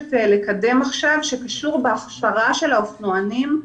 מבקשת לקדם עכשיו, שקשור בהכשרה של האופנוענים.